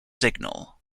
signal